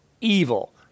evil